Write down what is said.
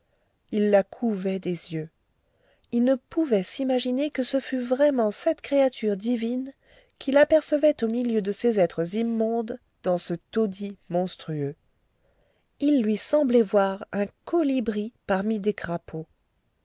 il la couvait des yeux il ne pouvait s'imaginer que ce fût vraiment cette créature divine qu'il apercevait au milieu de ces êtres immondes dans ce taudis monstrueux il lui semblait voir un colibri parmi des crapauds